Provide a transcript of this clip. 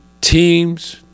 Teams